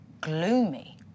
gloomy